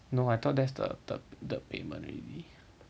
no I thought there's the third third payment already